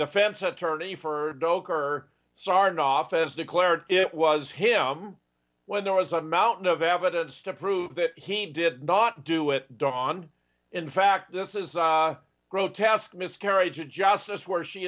defense attorney for doak or sarnoff has declared it was him when there was a mountain of evidence to prove that he did not do it don't on in fact this is a grotesque miscarriage of justice where she